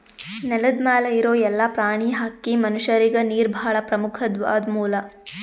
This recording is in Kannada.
ನೆಲದ್ ಮ್ಯಾಲ್ ಇರೋ ಎಲ್ಲಾ ಪ್ರಾಣಿ, ಹಕ್ಕಿ, ಮನಷ್ಯರಿಗ್ ನೀರ್ ಭಾಳ್ ಪ್ರಮುಖ್ವಾದ್ ಮೂಲ